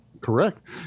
Correct